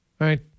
right